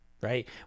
right